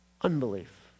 unbelief